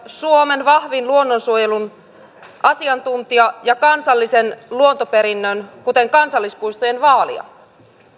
suomen vahvin luonnonsuojelun asiantuntija ja kansallisen luontoperinnön kuten kansallispuistojen vaalija